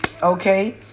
Okay